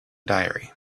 diary